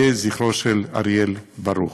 יהיה זכרו של אריאל ברוך.